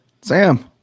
sam